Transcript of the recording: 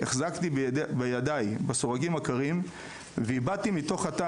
החזקתי בידיי בסורגים הקרים והבטתי מתוך התא